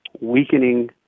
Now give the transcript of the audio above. weakening